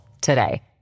today